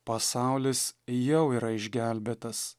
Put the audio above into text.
pasaulis jau yra išgelbėtas